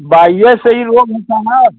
बाइये से ही रोग होता है ना